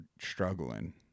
struggling